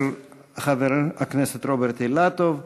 חבר הכנסת רוברט אילטוב,